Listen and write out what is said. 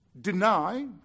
deny